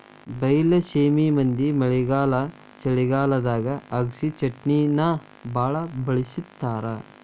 ಬೈಲಸೇಮಿ ಮಂದಿ ಮಳೆಗಾಲ ಚಳಿಗಾಲದಾಗ ಅಗಸಿಚಟ್ನಿನಾ ಬಾಳ ಬಳ್ಸತಾರ